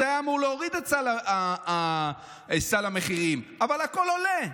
זה היה אמור להוריד את סל המחירים, אבל הכול עולה.